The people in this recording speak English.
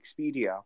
Expedia